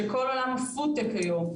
שכל עולם ה-FOODTECH היום,